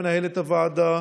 מנהלת הוועדה,